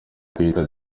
kwiyita